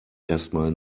erstmal